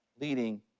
leading